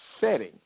setting